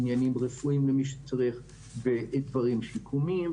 עניינים רפואיים למי שצריך ודברים שיקומיים.